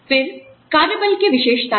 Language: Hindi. फिर कार्यबल की विशेषताएँ